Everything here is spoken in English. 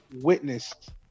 witnessed